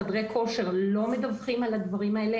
חדרי כושר לא מדווחים על הדברים האלה.